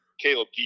caleb